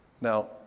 Now